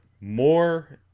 more